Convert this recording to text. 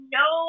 no